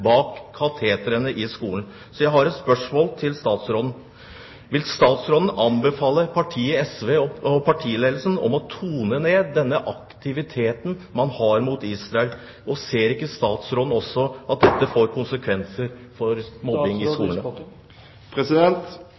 bak katetrene i skolen. Jeg har et spørsmål til statsråden: Vil statsråden anbefale partiet SV og partiledelsen å tone ned denne aktiviteten man har mot Israel? Ser ikke statsråden at dette også får konsekvenser for mobbing i